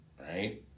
right